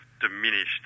diminished